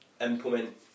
implement